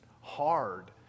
hard